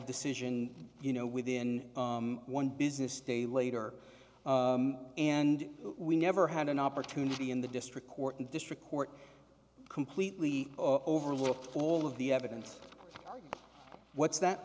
decision you know within one business day later and we never had an opportunity in the district court and district court completely overlooked all of the evidence what's that